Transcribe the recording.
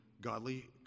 godly